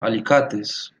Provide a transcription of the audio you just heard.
alicates